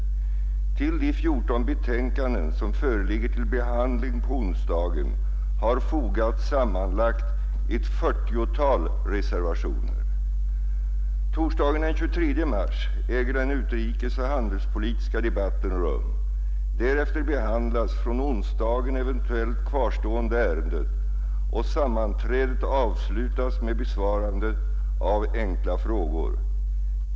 Till de 14 betänkanden som föreligger till behandling på onsdagen har fogats sammanlagt ett 40-tal reservationer. Torsdagen den 23 mars äger den utrikesoch handelspolitiska debatten rum. Därefter behandlas från onsdagen eventuellt kvarstående ärenden, och sammanträdet avslutas med besvarande av enkla frågor.